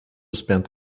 spend